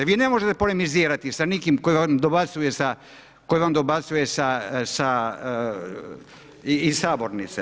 Vi ne možete polemizirati sa nikim tko vam dobacuje sa, koji vam dobacuje iz sabornice.